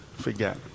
forget